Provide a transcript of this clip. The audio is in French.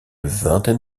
vingtaine